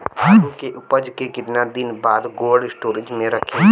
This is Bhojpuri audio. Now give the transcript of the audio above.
आलू के उपज के कितना दिन बाद कोल्ड स्टोरेज मे रखी?